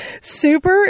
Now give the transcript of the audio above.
super